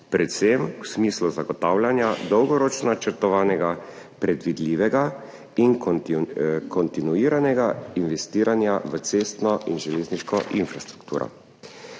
predvsem v smislu zagotavljanja dolgoročno načrtovanega, predvidljivega in kontinuiranega investiranja v cestno in železniško infrastrukturo.